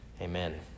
amen